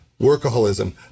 workaholism